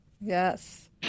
Yes